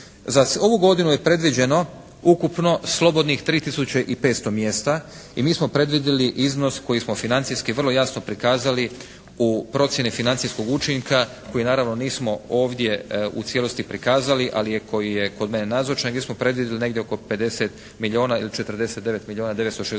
ovu godinu je predviđeno ukupno slobodnih 3 tisuće i 500 mjesta i mi smo predvidjeli iznos koji smo financijski vrlo jasno prikazali u procjeni financijskog učinka koji naravno nismo ovdje u cijelosti prikazali ali koji je kod mene nazočan gdje smo predvidjeli negdje oko 50 milijuna ili 49 milijuna 960 za